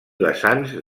vessants